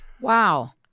wow